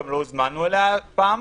גם לא הוזמנו אליה הפעם.